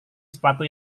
sepatu